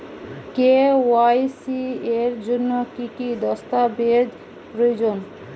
KYC এর জন্যে কি কি দস্তাবেজ প্রয়োজন?